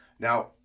Now